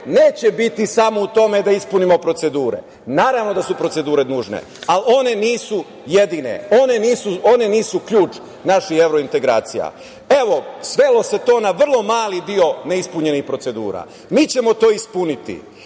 neće biti samo u tome da ispunimo procedure, naravno da su procedure nužne ali one nisu jedine, one nisu ključ naših evrointegracija, evo, svelo se to na vrlo mali deo neispunjenih procedura. Mi ćemo to ispuniti,